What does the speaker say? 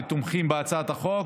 ואנחנו תומכים בהצעת החוק.